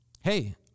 hey